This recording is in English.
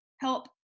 help